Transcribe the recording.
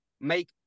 make